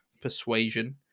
Persuasion